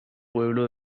pueblo